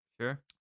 Sure